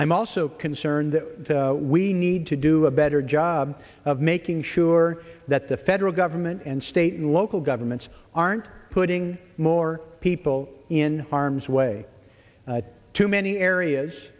i'm also concerned that we need to do a better job of making sure that the federal government and state and local governments aren't putting more people in harm's way to many areas